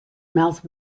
mouth